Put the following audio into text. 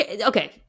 okay